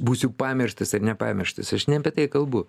būsiu pamirštas ar nepamirštas aš ne apie tai kalbu